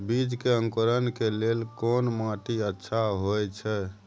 बीज के अंकुरण के लेल कोन माटी अच्छा होय छै?